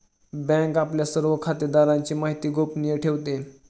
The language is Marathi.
बँक आपल्या सर्व खातेदारांची माहिती गोपनीय ठेवते